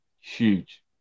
Huge